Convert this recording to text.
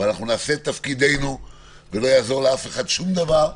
אבל אנחנו נעשה את תפקידנו ולא יעזור לאף אחד שום דבר,